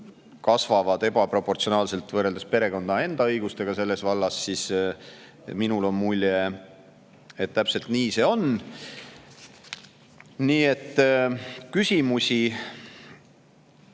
kasvavad ebaproportsionaalselt võrreldes perekonna enda õigustega selles vallas. Minul on mulje, et täpselt nii see on. Nii et küsimusi